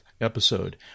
episode